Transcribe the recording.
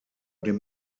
dem